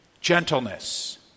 gentleness